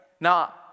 Now